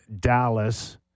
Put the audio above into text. Dallas